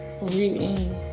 reading